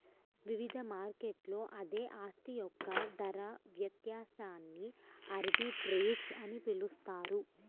వివిధ మార్కెట్లలో అదే ఆస్తి యొక్క ధర వ్యత్యాసాన్ని ఆర్బిట్రేజ్ అని పిలుస్తారు